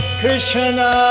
Krishna